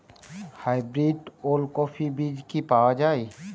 Hybrid ওলকফি বীজ কি পাওয়া য়ায়?